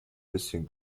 bisschen